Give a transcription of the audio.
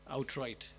outright